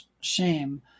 shame